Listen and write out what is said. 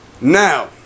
Now